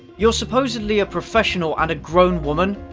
you're supposedly a professional and a grown woman.